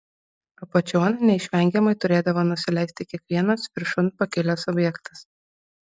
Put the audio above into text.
apačion neišvengiamai turėdavo nusileisti kiekvienas viršun pakilęs objektas